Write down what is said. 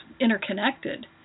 interconnected